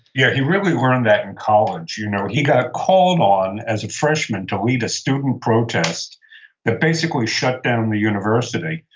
yeah, he really learned that in college. you know he got called on as a freshman to lead a student protest that basically, shut down the university.